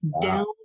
down